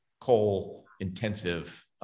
coal-intensive